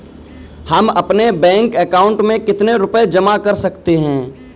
हम अपने bank account में कितने रुपये जमा कर सकते हैं?